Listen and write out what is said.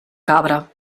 cabra